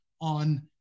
on